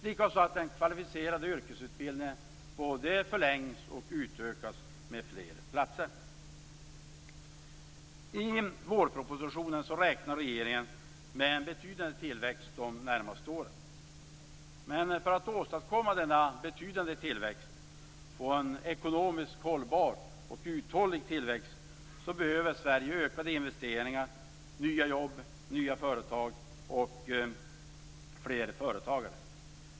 Likaså är det bra att den kvalificerade yrkesutbildningen både förlängs och utökas med fler platser. I vårpropositionen räknar regeringen med en betydande tillväxt de närmaste åren. Men för att åstadkomma denna betydande tillväxt och få en ekonomiskt hållbar och uthållig tillväxt behöver Sverige ökade investeringar, nya jobb, nya företag och fler företagare.